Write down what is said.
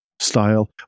style